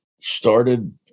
started